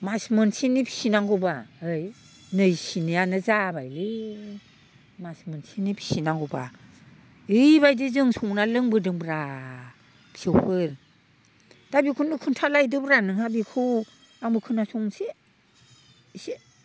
मास मोनसेनि फिसिनांगौ बा है नैसिनियानो जाबायलै मास मोनसेनि फिसिनांगौब्ला इबायदि जों संना लोंबोदोंब्रा फिसौफोर दा बेखौनो खोन्थालायदोब्रा नोंहा बेखौ आंबो खोनासंसै इसे